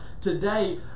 today